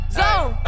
zone